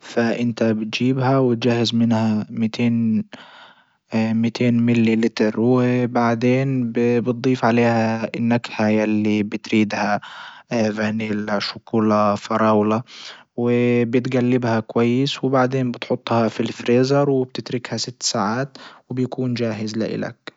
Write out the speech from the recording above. فانت بتجيبها وتجهز منها ميتين ميتين ميللي لتر و بعدين بتضيف عليها النكهة يللي بتريدها فانيلا شوكولا فراولة وبتجلبها كويس وبعدين بتحطها في الفريزر وبتتركها ست ساعات وبيكون جاهز لالك.